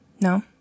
No